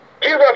Jesus